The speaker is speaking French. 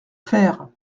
faire